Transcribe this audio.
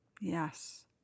Yes